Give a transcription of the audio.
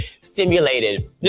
Stimulated